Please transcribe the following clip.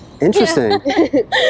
interesting